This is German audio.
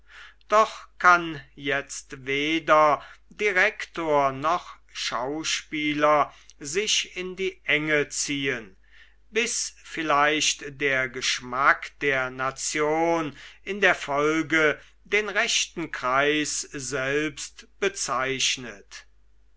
doch kann jetzt weder direktor noch schauspieler sich in die enge ziehen bis vielleicht der geschmack der nation in der folge den rechten kreis selbst bezeichnet